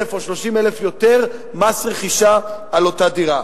או 30,000 יותר מס רכישה על אותה דירה,